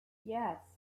yes